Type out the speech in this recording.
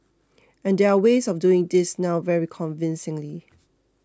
and there're ways of doing this now very convincingly